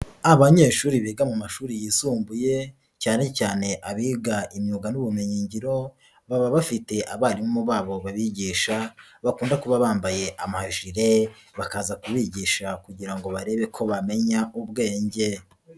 Abanyeshuri biga mu mashuri yisumbuye, cyane cyane abiga imyuga n'ubumenyingiro, baba bafite abarimu babo babigisha bakunda kuba bambaye amajire, bakaza kubigisha kugira ngo barebe ko bamenya ubwenge.